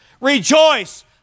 Rejoice